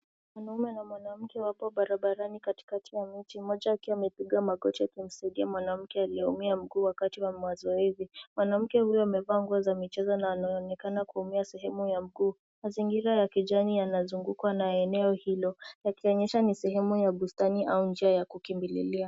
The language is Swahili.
Mwanaume na mwanamke wapo barabarani katikati ya miti, mmoja akiwa amepiga magoti akimsaidia mwanamke aliyeumia mguu wakati wa mazoezi. Mwanamke huyo amevaa nguo za michezo na anaonekana kuumia sehemu ya mguu. Mazingira ya kijani yanazungukwa na eneo hilo, yakionyesha ni sehemu ya bustani, au njia ya kukimbililia.